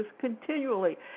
continually